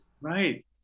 right